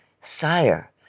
Sire